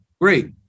great